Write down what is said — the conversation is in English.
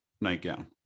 nightgown